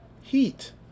Heat